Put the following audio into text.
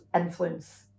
influence